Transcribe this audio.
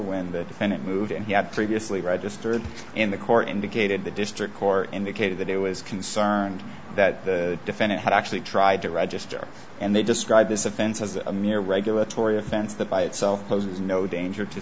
when the defendant moved in he had previously registered in the court indicated the district court indicated that it was concerned that the defendant had actually tried to register and they described this offense as a mere regulatory offense that by itself poses no danger to